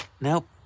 Nope